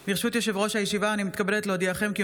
תודה.